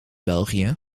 belgië